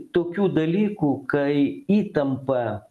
tokių dalykų kai įtampa